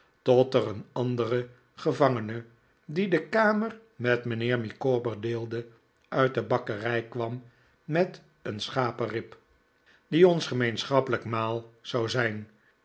tot er een andere gevangene die de kamer met mijnheer micawber deelde uit de bakkerij kwam met een schaperib die ons gemeenschappelijk maal zou zijn